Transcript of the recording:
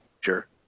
Sure